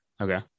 Okay